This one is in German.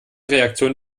reaktion